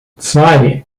zwei